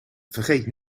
vergeet